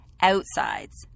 outsides